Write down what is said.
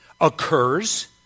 occurs